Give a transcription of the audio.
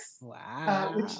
Wow